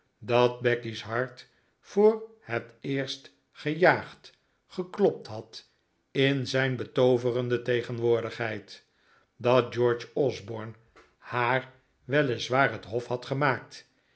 dat becky's hart voor het eerst gejaagd geklopt had in zijn betooverende tegenwoordigheid dat george osborne haar weliswaar het hof had gemaakt